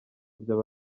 by’aba